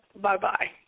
bye-bye